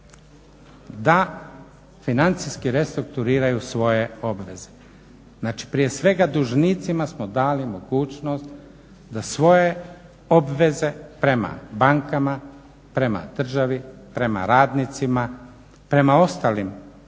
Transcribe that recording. da financijski restrukturiraju svoje obveze. Znači prije svega dužnicima smo dali mogućnost da svoje obveze prema bankama, prema državi, prema radnicima, prema ostalim